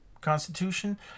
constitution